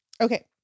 Okay